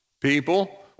People